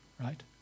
right